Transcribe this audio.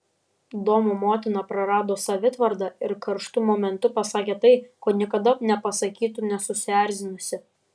domo motina prarado savitvardą ir karštu momentu pasakė tai ko niekada nepasakytų nesusierzinusi